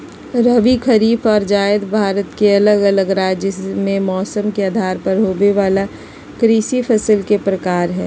रबी, खरीफ आर जायद भारत के अलग अलग राज्य मे मौसम के आधार पर होवे वला कृषि फसल के प्रकार हय